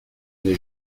n’ai